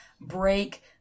break